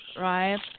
right